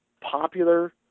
popular